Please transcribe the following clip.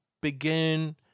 begin